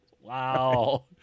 Wow